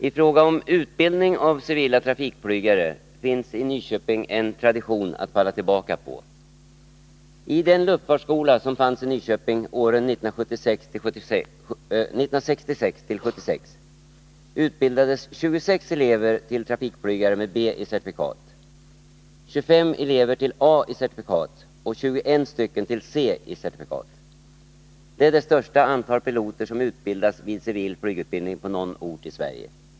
I fråga om utbildning av civila trafikflygare finns i Nyköping en tradition att falla tillbaka på. I den luftfartsskola som fanns i Nyköping åren 1966-1976 utbildades 26 elever till trafikflygare med Bi certifikat, 25 elever till A i certifikat och 21 till C i certifikat. Det är det största antal piloter som utbildats vid civil flygutbildning på någon ort i Sverige.